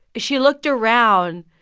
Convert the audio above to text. she looked around.